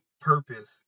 purpose